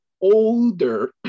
older